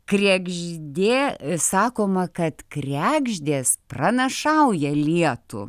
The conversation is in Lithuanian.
kregždė sakoma kad kregždės pranašauja lietų